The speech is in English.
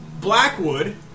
Blackwood